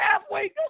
halfway